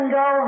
go